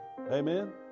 Amen